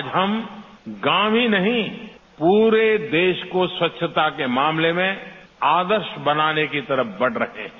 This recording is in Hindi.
आज हम गांव ही नहीं पूरे देश को स्वच्छता के मामले में आदर्श बनाने की तरफ बढ़ रहे हैं